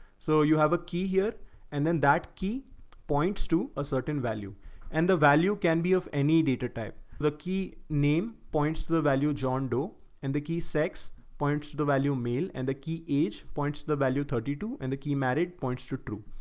so you have a key here and then that key points too a certain value and the value can be of any data type. the key name points to the value john doe and the key sex points to the value meal and the key age points, the value thirty two and the key marriott points to two.